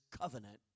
covenant